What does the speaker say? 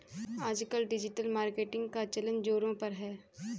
आजकल digital marketing का चलन ज़ोरों पर है